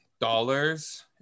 dollars